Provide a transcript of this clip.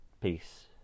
Peace